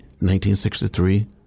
1963